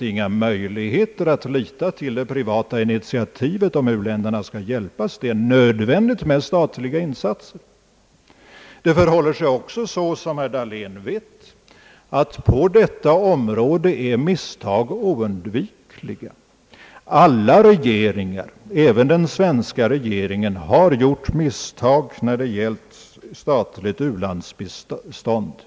ingen möjlighet att lita på det privata initiativet, om u-länderna verkligen skall bli hjälpta, utan det är nödvändigt med statliga insatser. Såsom herr Dahlén vet, är vidare misstag oundvikliga på detta område. Alla regeringar som ägnat sig åt detta — även den svenska — har gjort misstag i samband med den statliga u-landsbiståndsverksamheten.